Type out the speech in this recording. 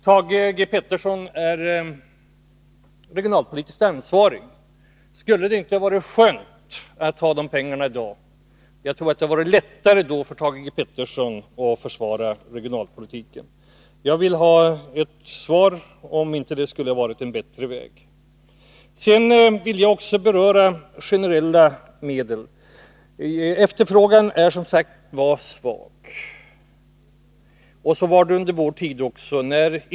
Thage Peterson är regionalpolitiskt ansvarig. Skulle det inte vara skönt att ha de pengarna i dag? Jag tror att det då skulle vara lättare för Thage Peterson att försvara regionalpolitiken. Jag vill ha ett svar på frågan om inte detta skulle ha varit en bättre väg. Sedan vill jag beröra frågan om generella medel. Efterfrågan på sådana är som sagt svag. Så var det också under vår tid i regeringsställning.